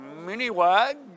MiniWag